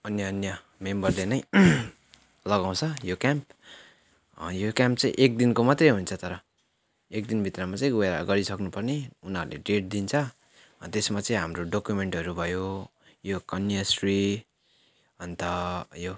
अन्य अन्य मेम्बरले नै लगाउँछ यो क्याम्प यो क्याम्प चाहिँ एक दिनको मात्रै हुन्छ तर एक दिन भित्रमा चाहिँ गएर गरिसक्नु पर्ने उनीहरूले डेट दिन्छ अँ त्यसमा चाहिँ हाम्रो डकुमेन्टहरू भयो यो कन्याश्री अन्त यो